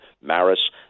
Maris